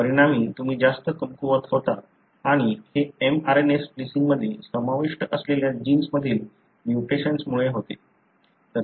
परिणामी तुम्ही जास्त कमकुवत होतात आणि हे mRNA स्प्लिसिन्गमध्ये समाविष्ट असलेल्या जिन्स मधील म्युटेशन्समुळे होते